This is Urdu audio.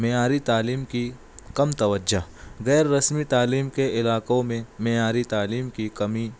معیاری تعلیم کی کم توجہ غیر رسمی تعلیم کے علاقوں میں معیاری تعلیم کی کمی